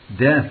Death